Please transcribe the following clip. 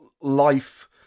life